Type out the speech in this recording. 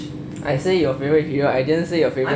I say your favourite hero I didn't say your favourite role